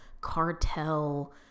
cartel